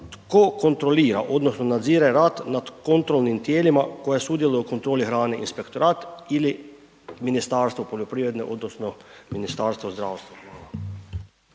tko kontrolira odnosno nadzire rad nad kontrolnim tijelima koja sudjeluju u kontroli hrane, Inspektorat ili Ministarstvo poljoprivrede odnosno Ministarstvo zdravstva?